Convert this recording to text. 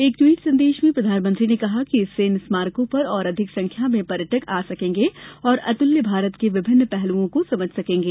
एक ट्वीट संदेश में प्रधानमंत्री ने कहा कि इससे इन स्मारकों पर और अधिक संख्या में पर्यटक आ सकेंगे और अतुल्य भारत के विभिन्न पहलूओं को समझ सकेंगे